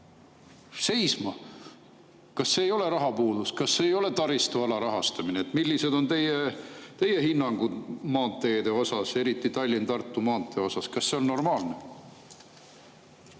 seisma. Kas see ei ole rahapuudus, kas see ei ole taristu alarahastamine? Millised on teie hinnangud maanteede, eriti Tallinna–Tartu maantee kohta? Kas see on normaalne?